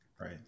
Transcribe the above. right